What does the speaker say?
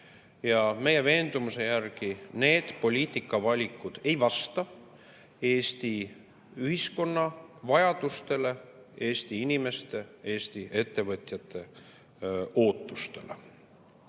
ja meie veendumuse järgi need poliitikavalikud ei vasta Eesti ühiskonna vajadustele, Eesti inimeste, Eesti ettevõtjate ootustele.